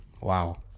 Wow